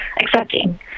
accepting